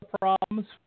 problems